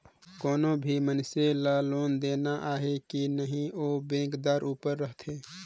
कोनो भी मइनसे ल लोन देना अहे कि नई ओ बेंकदार उपर रहथे